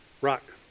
Rock